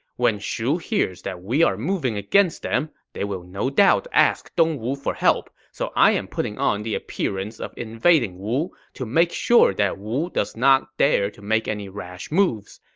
when shu hears that we are moving against them, they will no doubt ask dongwu for help. so i am putting on the appearance of invading wu to make sure wu does not dare to make any rash moves.